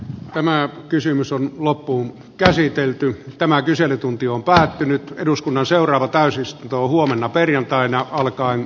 tämä kysymys on loppuun käsitelty tämä kyselytunti on varmasti eduskunnan käsittelyssä hyvinkin pian